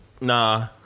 nah